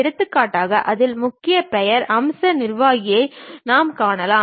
எடுத்துக்காட்டாக அதில் ஒரு முக்கிய பெயர் அம்ச நிர்வாகியை நாம் காணலாம்